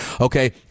Okay